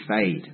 fade